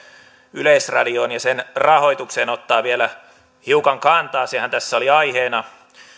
yleisradioon ja sen rahoitukseen ottaa vielä hiukan kantaa sehän tässä oli aiheena